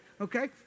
Okay